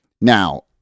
Now